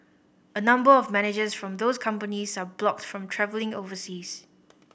a number of managers from those companies are blocked from travelling overseas